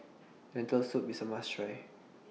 Lentil Soup IS A must Try